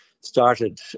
started